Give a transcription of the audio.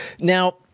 Now